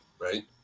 right